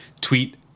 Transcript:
tweet